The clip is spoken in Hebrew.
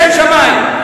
לשם שמים.